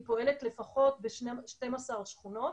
היא פועלת לפחות ב-12 שכונות.